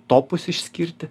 topus išskirti